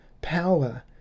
power